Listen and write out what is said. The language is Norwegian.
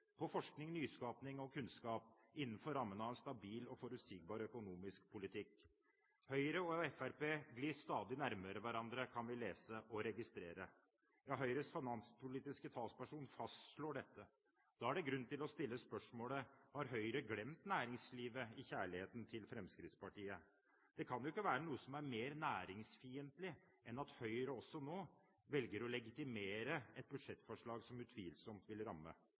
på forskning, nyskaping og kunnskap innenfor rammene av en stabil og forutsigbar økonomisk politikk. Høyre og Fremskrittspartiet glir stadig nærmere hverandre, kan vi lese og registrere. Ja, Høyres finanspolitiske talsperson fastslår dette. Da er det grunn til å stille spørsmålet: Har Høyre glemt næringslivet i kjærligheten til Fremskrittspartiet? Det kan jo ikke være noe som er mer næringsfiendtlig enn at Høyre også nå velger å legitimere et budsjettforslag som utvilsomt vil ramme